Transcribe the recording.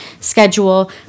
schedule